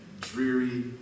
dreary